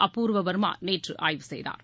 அபூர்வா வர்மா நேற்று ஆய்வு செய்தார்